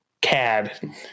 cad